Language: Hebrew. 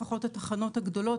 לפחות התחנות הגדולות,